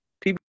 people